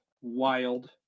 wild